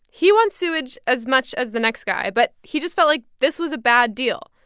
he wants sewage as much as the next guy, but he just felt like this was a bad deal.